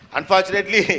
Unfortunately